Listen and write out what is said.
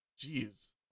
jeez